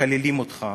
ומקללים אותך